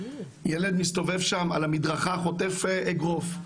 ילד מסתובב שם על המדרכה חוטף אגרוף,